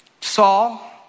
Saul